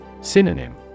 Synonym